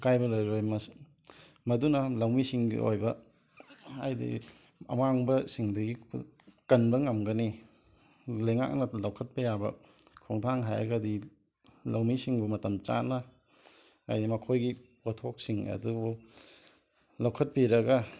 ꯑꯀꯥꯏꯕ ꯂꯩꯔꯣꯏ ꯃꯗꯨꯅ ꯂꯧꯃꯤꯁꯤꯡꯒꯤ ꯑꯣꯏꯕ ꯍꯥꯏꯗꯤ ꯑꯃꯥꯡꯕꯁꯤꯡꯗꯒꯤ ꯀꯟꯕ ꯉꯝꯒꯅꯤ ꯂꯩꯉꯥꯛꯅ ꯂꯧꯈꯠꯄ ꯌꯥꯕ ꯈꯣꯡꯊꯥꯡ ꯍꯥꯏꯔꯒꯗꯤ ꯂꯧꯃꯤꯁꯤꯡꯕꯨ ꯃꯇꯝ ꯆꯥꯅ ꯍꯥꯏꯗꯤ ꯃꯈꯣꯏꯒꯤ ꯄꯣꯠꯊꯣꯛꯁꯤꯡ ꯑꯗꯨꯕꯨ ꯂꯧꯈꯠꯄꯤꯔꯒ